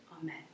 Amen